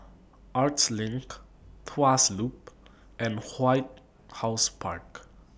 Arts LINK Tuas Loop and White House Park